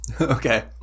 Okay